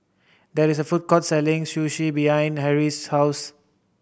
there is a food court selling Sushi behind Harrie's house